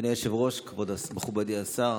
אדוני היושב-ראש, מכובדי השר,